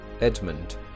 Edmund